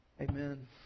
Amen